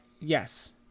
yes